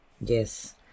Yes